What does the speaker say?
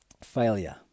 failure